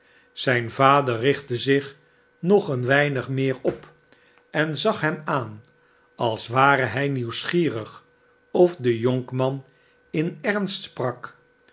zijn vader richtte zich nog een weinig meer op en zag hem aan als ware hij nieuwsgierig of de jonkman in ernst sprak